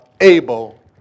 able